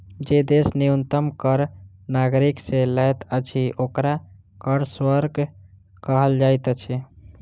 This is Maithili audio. जे देश न्यूनतम कर नागरिक से लैत अछि, ओकरा कर स्वर्ग कहल जाइत अछि